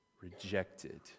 rejected